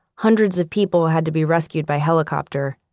hundreds of people had to be rescued by helicopter.